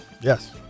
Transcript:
Yes